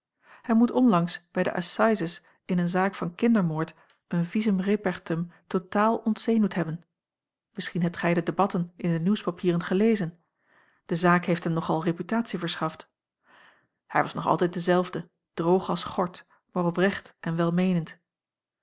hij moet onlangs bij de assises in een zaak van kindermoord een visum repertum totaal ontzenuwd hebben misschien hebt gij de debatten in de nieuwspapieren gelezen de zaak heeft hem nog al reputatie verschaft hij was nog altijd dezelfde droog als gort maar oprecht en